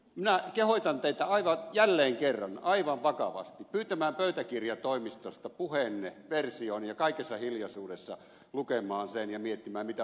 minä kehotan teitä jälleen kerran aivan vakavasti pyytämään pöytäkirjatoimistosta puheenne version ja kaikessa hiljaisuudessa lukemaan sen ja miettimään mitä tuli sanottua